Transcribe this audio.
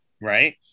right